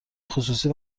خصوصی